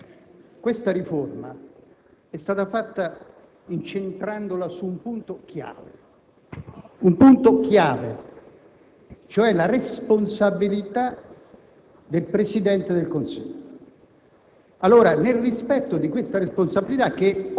Senatore Ramponi, questa riforma è stata concepita incentrandola su un punto chiave, cioè la responsabilità del Presidente del Consiglio.